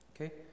okay